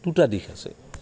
দুটা দিশ আছে